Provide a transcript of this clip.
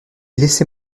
laissez